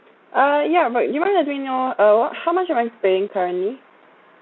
uh yeah but do you mind let me know uh what how much am I to pay currently